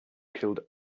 killed